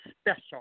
special